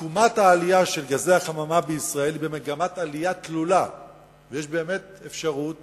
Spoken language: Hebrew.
עקומת העלייה של גזי החממה בישראל היא במגמה תלולה ויש אפשרות